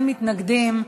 אין מתנגדים,